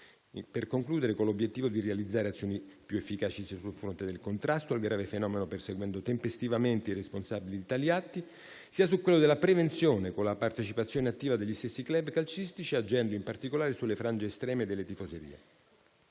degli impianti. L'obiettivo è realizzare più efficaci azioni sia sul fronte del contrasto al grave fenomeno, perseguendo tempestivamente i responsabili di tali atti, sia su quello della prevenzione, con la partecipazione attiva degli stessi *club* calcistici e agendo, in particolare, sulle frange estreme delle tifoserie.